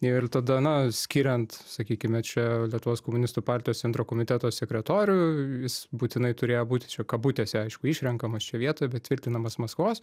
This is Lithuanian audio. ir tada na skiriant sakykime čia lietuvos komunistų partijos centro komiteto sekretorių jis būtinai turėjo būti čia kabutėse aišku išrenkamas čia vietoj bet tvirtinamas maskvos